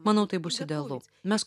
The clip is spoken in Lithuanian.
manau tai bus idealu mes